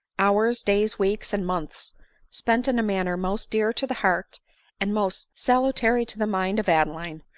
hours, days, weeks, and months spent in a manner most dear to the heart and most salutary to the mind of adeline!